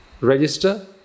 Register